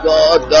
God